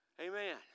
amen